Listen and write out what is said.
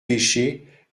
péchés